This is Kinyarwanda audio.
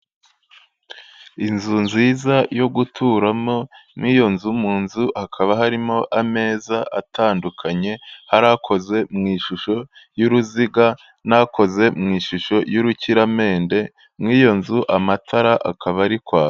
Inzu nziza yo guturamo mu iyo nzu mu nzu hakaba harimo ameza atandukanye, hari akoze mu ishusho y'uruziga, n'akoze mu ishusho y'urukiramende mu iyo nzu amatara akaba ari kwaka.